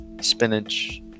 spinach